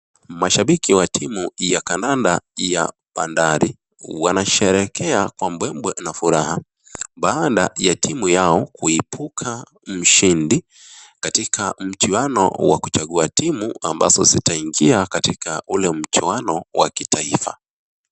Mashambiki wa timu ya kadada ya Bandari wanasherehekea kwa mbwembwe na furaha baada ya timu yao kuibuka mshindi katika mchuano wa kuchagua timu ambazo zitaingia katika ule mchuano wa kitaifa.